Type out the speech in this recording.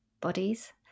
bodies